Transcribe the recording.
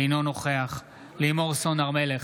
אינו נוכח לימור סון הר מלך,